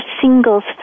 singles